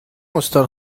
استان